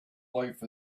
life